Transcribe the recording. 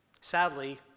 Sadly